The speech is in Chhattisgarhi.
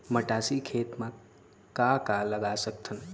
मटासी खेत म का का लगा सकथन?